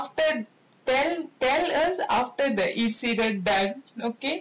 tell me after tell tell us after the incident then okay